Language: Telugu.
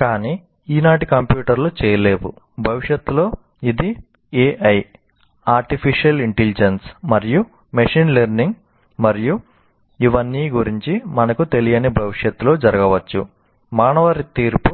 కానీ ఈనాటి కంప్యూటర్లు చేయలేవు మానవ తీర్పు